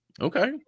Okay